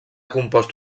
compost